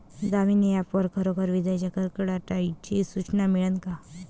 Damini app वर खरोखर विजाइच्या कडकडाटाची सूचना मिळन का?